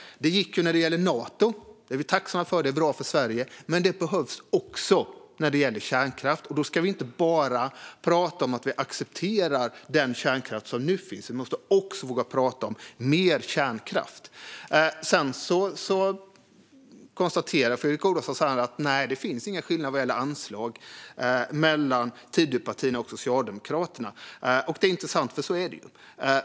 Det gick ju när det gäller Nato. Det är vi tacksamma för. Det är bra för Sverige. Men det behövs också när det gäller kärnkraft. Då ska vi inte bara tala om att vi accepterar den kärnkraft som nu finns; vi måste också våga tala om mer kärnkraft. Sedan säger Fredrik Olovsson att det inte finns någon skillnad i anslag mellan Tidöpartierna och Socialdemokraterna. Det är intressant, för så är det ju.